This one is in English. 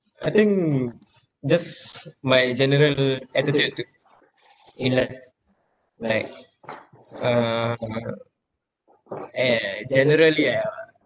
I think just my general attitude to in like like uh eh general yeah